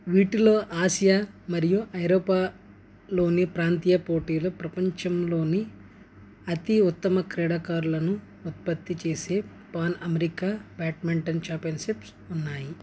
వీటిలో ఆసియా మరియు ఐరోపాలోని ప్రాంతీయ పోటీలు ప్రపంచంలోని అతి ఉత్తమ క్రీడాకారులను ఉత్పత్తి చేసే పాన్ అమెరికా బ్యాడ్మింటన్ ఛాంపియన్షిప్స్ ఉన్నాయి